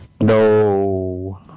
No